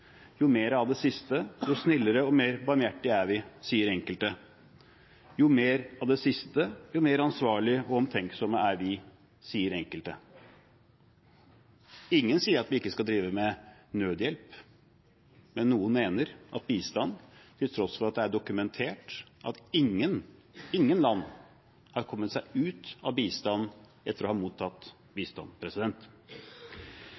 Jo mer av det siste, jo snillere og mer barmhjertige er vi, sier enkelte. Jo mer av det siste, jo mer ansvarlige og omtenksomme er vi, sier enkelte. Ingen sier at vi ikke skal drive med nødhjelp, men noen mener at bistand er viktig – til tross for at det er dokumentert at ingen land har gjort seg uavhengig av bistand etter å ha mottatt